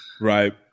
Right